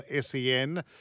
SEN